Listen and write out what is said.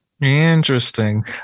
interesting